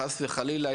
חס וחלילה,